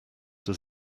does